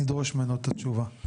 אני דורש ממנו את התשובה.